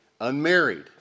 unmarried